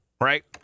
right